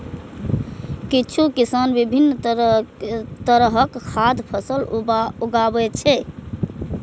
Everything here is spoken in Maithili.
किछु किसान विभिन्न तरहक खाद्य फसल उगाबै छै